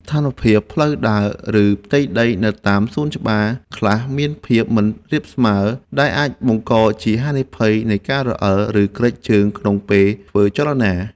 ស្ថានភាពផ្លូវដើរ ឬផ្ទៃដីនៅតាមសួនច្បារខ្លះមានភាពមិនរាបស្មើ ដែលអាចបង្កជាហានិភ័យនៃការរអិល ឬគ្រេចជើងក្នុងពេលធ្វើចលនា។